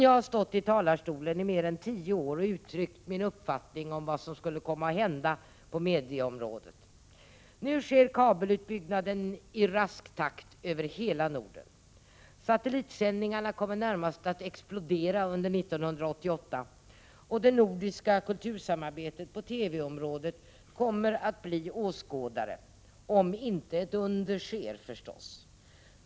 Jag har sedan tio år tillbaka vid olika tillfällen stått i talarstolen och uttryckt min uppfattning om vad som skulle komma att ske på mediaområdet. Nu sker kabelutbyggnad i rask takt över hela Norden. Utvecklingen av satellitsändningarna kommer närmast att bli explosionsartad under 1988, och det nordiska kultursamarbetet på TV-området kommer att leda till att människorna i Norden blir åskådare och inget annat, om inte ett under sker förstås.